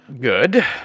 Good